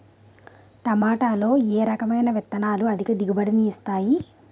టమాటాలో ఏ రకమైన విత్తనాలు అధిక దిగుబడిని ఇస్తాయి